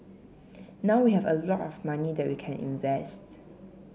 now we have a lot of money that we can invest